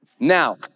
Now